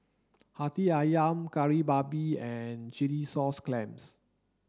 Hati Ayam Kari Babi and Chilli Sauce Clams